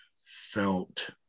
felt